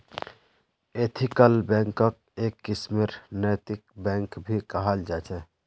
ethical बैंकक् एक किस्मेर नैतिक बैंक भी कहाल जा छे